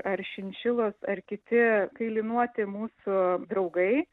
ar šinšilos ar kiti kailiniuoti mūsų draugai